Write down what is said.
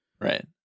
Right